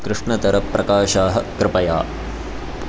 कृष्णतरप्रकाशाः कृपया